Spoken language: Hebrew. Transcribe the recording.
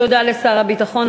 תודה לשר הביטחון.